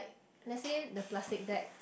let say the plastic bag